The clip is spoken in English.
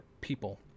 people